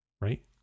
Right